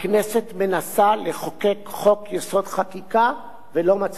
הכנסת מנסה לחוקק חוק-יסוד: החקיקה ולא מצליחה.